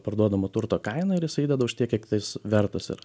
parduodamo turto kainą ir isai įdeda už tiek kiek tiktais vertas yra